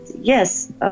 yes